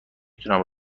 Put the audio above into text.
تونم